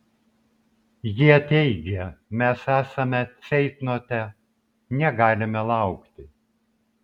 jie teigia mes esame ceitnote negalime laukti